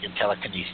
telekinesis